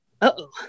Uh-oh